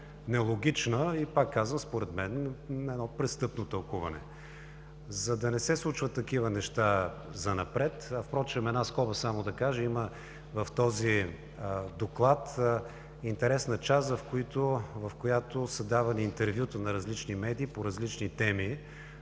нелогично. Пак казвам, според мен е едно престъпно тълкуване. За да не се случват такива неща занапред, в една скоба да кажа, в този доклад има интересна част, в която са давани интервюта на различни медии, по различни теми